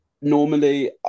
Normally